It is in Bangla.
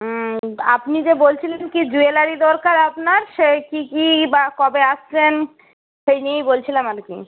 হুম আপনি যে বলছিলেন কী জুয়েলারি দরকার আপনার সেই কী কী বা কবে আসছেন সেই নিয়েই বলছিলাম আর কি